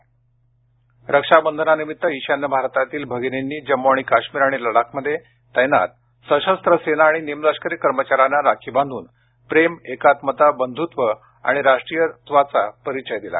रक्षाबंधन रक्षाबंधनानिमित्त ईशान्य भारतातील भगिनीनंनी जम्मू आणि काश्मीर आणि लडाखमध्ये तैनात सशस्त्र सेना आणि निमलष्करी कर्मचाऱ्यांना राखी बांधून प्रेम एकात्मता बंधुत्व आणि राष्ट्रीयत्वाचा परिचय दिला